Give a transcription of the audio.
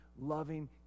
loving